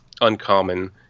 uncommon